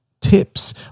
tips